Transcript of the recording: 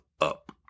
up